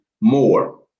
more